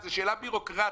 זו שאלה בירוקרטית.